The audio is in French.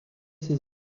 ses